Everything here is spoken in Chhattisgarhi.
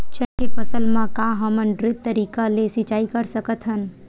चना के फसल म का हमन ड्रिप तरीका ले सिचाई कर सकत हन?